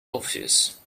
office